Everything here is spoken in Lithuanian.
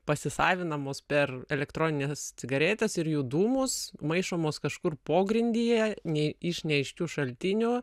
pasisavinamos per elektronines cigaretes ir jų dūmus maišomos kažkur pogrindyje nei iš neaiškių šaltinių